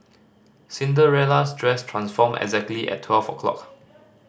Cinderella's dress transformed exactly at twelve o'clock